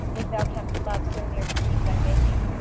if thou canst love so near to keep thy making,